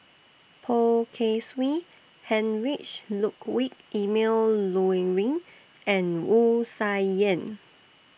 Poh Kay Swee Heinrich Ludwig Emil Luering and Wu Tsai Yen